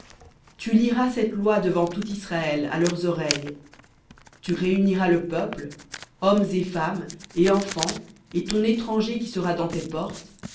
tu liras cette loi devant tout israël à leurs oreilles tu réuniras le peuple hommes et femmes et enfants et ton étranger qui sera dans tes portes